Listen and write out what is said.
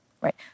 right